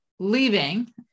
leaving